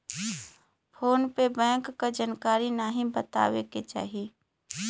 phone पे bank क जानकारी नाहीं बतावे के चाही